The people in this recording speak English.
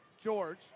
George